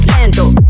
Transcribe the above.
lento